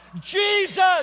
Jesus